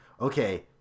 okay